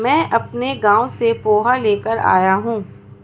मैं अपने गांव से पोहा लेकर आया हूं